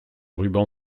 ruban